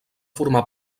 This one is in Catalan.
formar